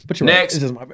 Next